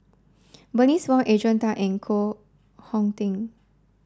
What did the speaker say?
Bernice Wong Adrian Tan and Koh Hong Teng